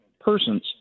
persons